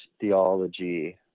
theology